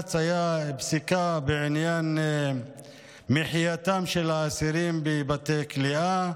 לבג"ץ הייתה פסיקה בעניין מחייתם של האסירים בבתי כליאה,